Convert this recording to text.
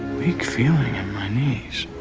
weak feeling in my knees.